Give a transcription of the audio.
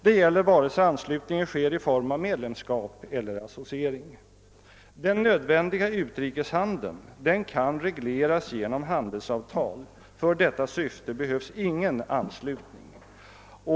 Det gäller vare sig anslutningen sker i form av medlemskap eller i form av associering. Den nödvändiga utrikeshandeln kan regleras genom handelsavtal, och för detta syfte behövs ingen anslutning.